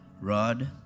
rod